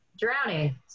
Drowning